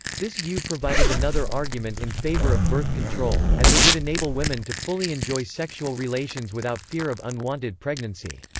this view provided another argument in favor of birth control, as it would enable women to fully enjoy sexual relations without fear of unwanted pregnancy.